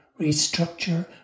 restructure